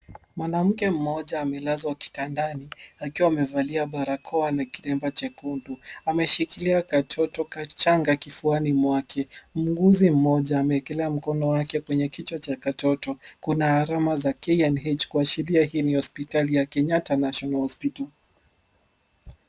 Mwanamke mmoja amelazwa kitandani, akiwa amevalia barakoa na kitambaa jekundu. Ameshikilia katoto kachanga kifuani mwake. Muuguzi mmoja ameekelea mkono wake kwenye kichwa cha katoto. Kuna harama za KNH kuashiria hii ni hospitali ya Kenyatta National Hospital.